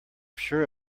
sure